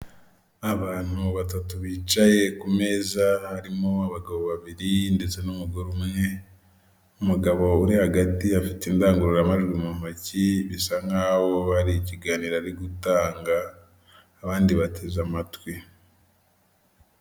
Abantu batatu bicaye ku meza, harimo abagabo babiri ndetse n'umugore umwe, umugabo uri hagati afite indangururamajwi mu ntoki, bisa nk'aho hari ikiganiraro ari gutanga, abandi bateze amatwi.